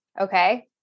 okay